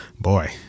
boy